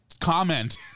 comment